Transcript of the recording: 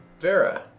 Vera